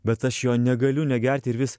bet aš jo negaliu negerti ir vis